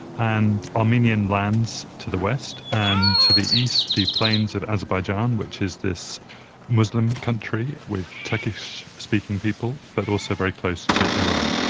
and armenian lands to the west, and to the east the plains of azerbaijan which is this muslim country with turkish-speaking people but also very close to iran.